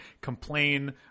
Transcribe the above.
complain